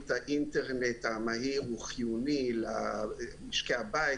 האינטרנט המהיר הוא חיוני למשקי הבית,